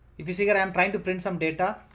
if you see here, i'm trying to print some data, ah,